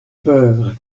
peur